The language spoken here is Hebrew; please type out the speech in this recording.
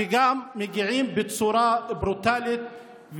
וגם מגיעים בצורה ברוטלית,